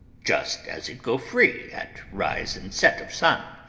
just as it go free at rise and set of sun.